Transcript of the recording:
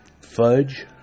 Fudge